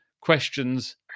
questions